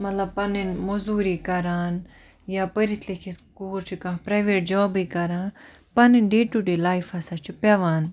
مَطلَب پَنٕنۍ موٚزوری کَران یا پٔرِتھ لیٖکھِتھ کوٗر چھِ کانٛہہ پرایویٹ جابے کَران پنٕنۍ ڈے ٹہُ ڈے لایِف ہَسا چھ پیٚوان